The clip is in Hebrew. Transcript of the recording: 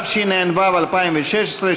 התשע"ו 2016,